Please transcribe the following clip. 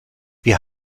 wir